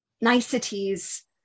niceties